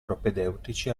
propedeutici